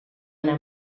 anna